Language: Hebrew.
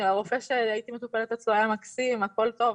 כי הרופא שאצלו הייתי מטופלת היה מקסים והכל היה טוב,